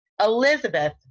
Elizabeth